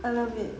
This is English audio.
I love it